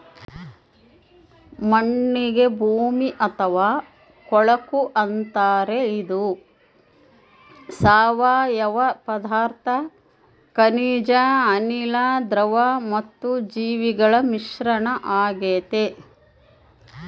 ಮಣ್ಣಿಗೆ ಭೂಮಿ ಅಥವಾ ಕೊಳಕು ಅಂತಾರೆ ಇದು ಸಾವಯವ ಪದಾರ್ಥ ಖನಿಜ ಅನಿಲ, ದ್ರವ ಮತ್ತು ಜೀವಿಗಳ ಮಿಶ್ರಣ ಆಗೆತೆ